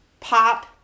Pop